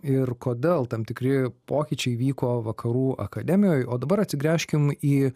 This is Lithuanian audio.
ir kodėl tam tikri pokyčiai įvyko vakarų akademijoj o dabar atsigręžkim į